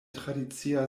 tradicia